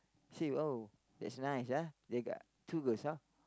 see oh that's nice ah they got two girls ah